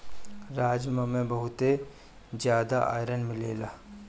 राजमा में बहुते जियादा आयरन मिलेला